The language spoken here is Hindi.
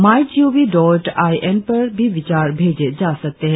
my G O V dot I N पर भी विचार भेजे जा सकते हैं